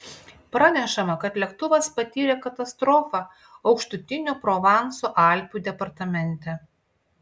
pranešama kad lėktuvas patyrė katastrofą aukštutinio provanso alpių departamente